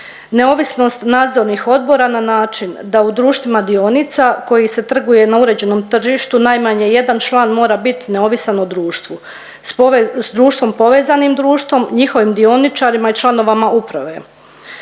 neovisnost nadzornih odbora na način da u društvima dionica koji se trguje na uređenom tržištu najmanje jedan član mora bit neovisan o društvu, s društvom povezanim društvom, njihovim dioničarima i članovima uprave.